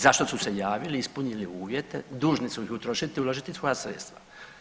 Zašto su se javili, ispunili uvjete, dužni su ih utrošiti, uložiti svoja sredstva.